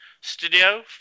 studio